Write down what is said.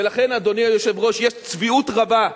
ולכן, אדוני היושב-ראש, יש צביעות רבה,